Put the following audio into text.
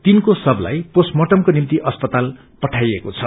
तिनको शवलाई पोष्टमार्टमको निम्ति अस्पताल पठाईएको छ